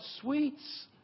sweets